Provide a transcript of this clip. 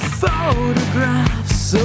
photographs